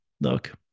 Look